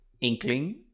inkling